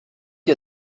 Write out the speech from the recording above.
ihr